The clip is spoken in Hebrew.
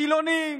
חילונים.